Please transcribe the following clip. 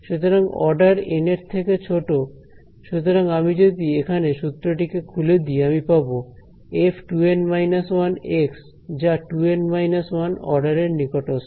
সুতরাং order N এর থেকে ছোট সুতরাং আমি যদি এখানে সূত্রটিকে খুলে দিই আমি পাব f 2N −1 যা 2N 1 অর্ডারের নিকটস্থ